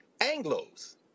Anglos